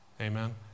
Amen